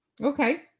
Okay